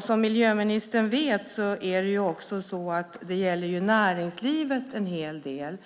Som miljöministern vet gäller detta också näringslivet en hel del.